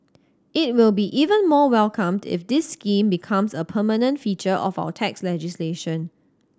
it will be even more welcomed if this scheme becomes a permanent feature of our tax legislation